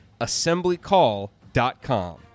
assemblycall.com